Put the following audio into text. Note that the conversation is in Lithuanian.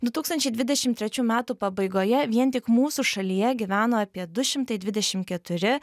du tūkstančiai dvidešim trečių metų pabaigoje vien tik mūsų šalyje gyveno apie du šimtai dvidešim keturi